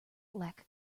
lack